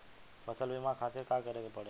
फसल बीमा खातिर का करे के पड़ेला?